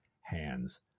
hands